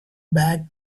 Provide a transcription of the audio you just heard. back